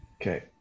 Okay